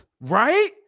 right